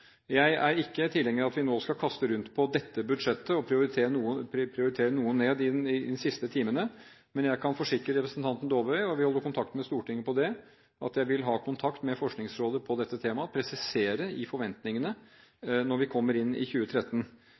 Jeg er ikke tilhenger av at vi nå skal kaste rundt på dette budsjettet og nedprioritere noe i siste øyeblikk, men jeg kan forsikre representanten Dåvøy om – og vi holder kontakten med Stortinget om det – at jeg vil ha kontakt med Forskningsrådet om dette temaet og presisere forventningene når vi kommer inn i 2013.